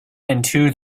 into